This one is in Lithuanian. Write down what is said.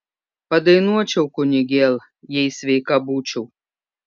padainuočiau kunigėl jei sveika būčiau